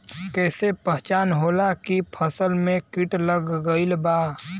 कैसे पहचान होला की फसल में कीट लग गईल बा?